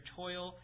toil